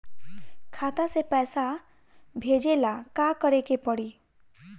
खाता से पैसा भेजे ला का करे के पड़ी?